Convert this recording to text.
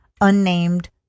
unnamed